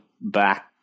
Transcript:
back